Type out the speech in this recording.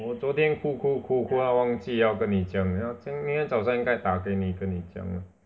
我昨天顾顾顾顾到忘记要跟你讲要今天早上应该打给你跟你讲